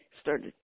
started